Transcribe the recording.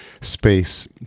space